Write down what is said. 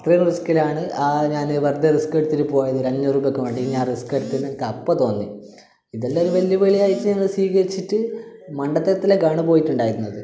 അത്രയും റിസ്ക്കിലാണ് ആ ഞാൻ പറഞ്ഞ റിസ്ക്കെട്ത്തിട്ട് പോയത് ഒരഞ്ഞൂറ് രൂപക്ക് വേണ്ടി ഞാൻ റിസ്കെടുത്തേന്ന് എനിക്കപ്പം തോന്നി ഇതെല്ലാ ഒരു വെല്ല് വിളി ആയിട്ട് അങ്ങനെ സീകരിച്ചിട്ട് മണ്ടത്തരത്തിലേക്കാണ് പോയിട്ടുണ്ടായിരുന്നത്